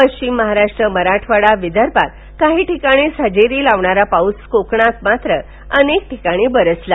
पश्चिम महाराष्ट्र मराठवाडा विदर्भात काही ठिकाणीच हजेरी लावणारा पाऊस कोकणात मात्र अनेक ठिकाणी बरसला